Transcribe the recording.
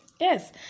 Yes